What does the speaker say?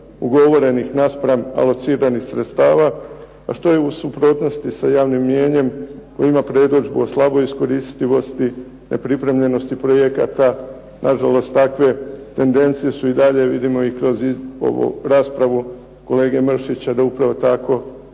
ugovorenih naspram alociranih sredstava a što je u suprotnosti sa javnim mnijenjem koji ima predodžbu o slaboj iskoristivosti, nepripremljenosti projekata, na žalost takve tendencije su i dalje vidimo kroz raspravu kolege Mršića da upravo tako